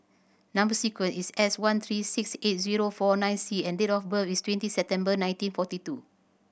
number sequence is S one three six eight zero four nine C and date of birth is twenty September nineteen forty two